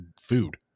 food